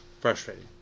frustrating